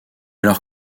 alors